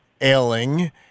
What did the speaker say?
ailing